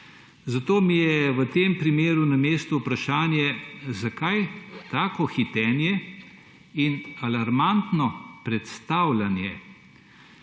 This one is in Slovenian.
Zato mi je v tem primeru na mestu vprašanje, zakaj tako hitenje in alarmantno predstavljanje